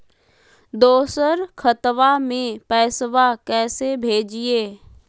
दोसर खतबा में पैसबा कैसे भेजिए?